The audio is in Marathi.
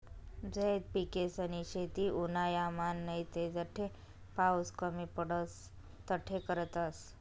झैद पिकेसनी शेती उन्हायामान नैते जठे पाऊस कमी पडस तठे करतस